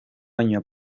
baina